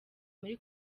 muri